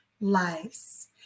lives